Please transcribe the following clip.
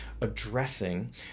addressing